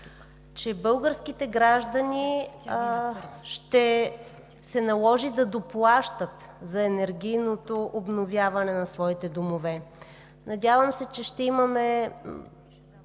на българските граждани ще се наложи да доплащат за енергийното обновяване на своите домове. Надявам се, че ще имаме